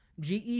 GE